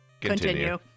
Continue